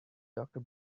doctor